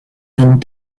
and